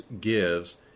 gives